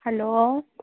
hello